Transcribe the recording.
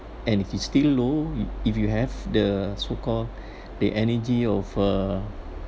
and if it's still low if you have the so call the energy of uh